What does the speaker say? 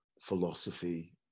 philosophy